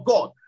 God